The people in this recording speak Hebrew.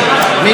מינויים,